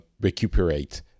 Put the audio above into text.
recuperate